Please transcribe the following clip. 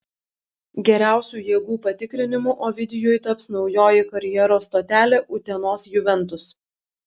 geriausiu jėgų patikrinimu ovidijui taps naujoji karjeros stotelė utenos juventus